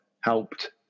helped